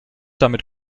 damit